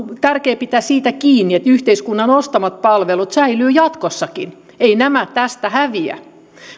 tärkeää pitää siitä kiinni että yhteiskunnan ostamat palvelut säilyvät jatkossakin eivät nämä tästä häviä